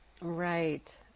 right